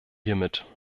hiermit